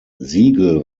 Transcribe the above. siegel